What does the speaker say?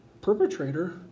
perpetrator